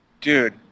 Dude